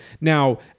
Now